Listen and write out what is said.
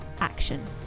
action